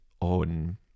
on